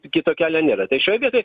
kito kelio nėra tai šioj vietoj